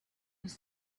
his